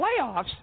Playoffs